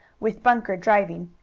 with bunker driving,